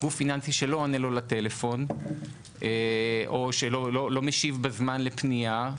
בגוף פיננסי שלא עונה לו לטלפון או שלא משיב בזמן לפנייה,